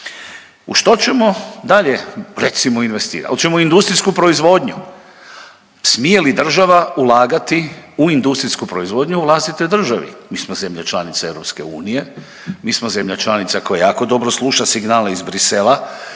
U što ćemo dalje, recimo, investirati? Hoće u industrijsku proizvodnju? Smije li država ulagati u industrijsku proizvodnju u vlastitoj državi? Mi smo zemlja članica EU, mi smo zemlja članica koja jako dobro sluša signale iz Bruxellesa